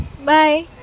bye